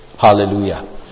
Hallelujah